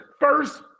first